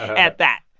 at that.